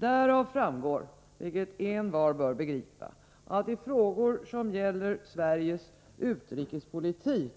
Därav framgår, vilket envar bör begripa, att i frågor som gäller Sveriges utrikespolitik